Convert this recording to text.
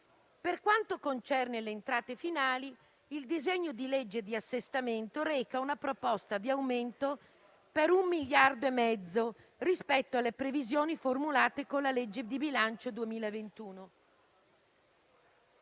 Per quanto concerne le entrate finali, il disegno di legge di assestamento reca una proposta di aumento per 1,5 miliardi rispetto alle previsioni formulate con la legge di bilancio 2021.